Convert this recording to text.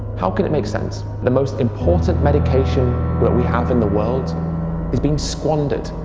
how can it make sense? the most important medication that we have in the world is being squandered.